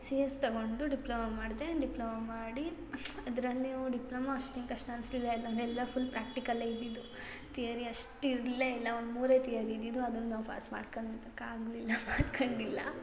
C S ತಗೊಂಡು diploma ಮಾಡ್ದೆ diploma ಮಾಡಿ ಅದ್ರಲ್ಲಿ ನೀವು ಡಿಪ್ಲೊಮೊ ಅಷ್ಟೇನೂ ಕಷ್ಟ ಅನಿಸ್ಲಿಲ್ಲ ಯಾಕಂದರೆ ಎಲ್ಲ ಫುಲ್ ಪ್ರ್ಯಾಕ್ಟಿಕಲ್ಲೇ ಇದ್ದಿದ್ದು ತಿಯರಿ ಅಷ್ಟು ಇರಲೇ ಇಲ್ಲ ಒಂದು ಮೂರೇ ತಿಯರಿ ಇದಿದ್ದು ಅದನ್ನು ನಾವು ಪಾಸ್ ಮಾಡ್ಕಂದ್ಕಾಗ್ಲಿಲ್ಲ ಮಾಡ್ಕೊಂಡಿಲ್ಲ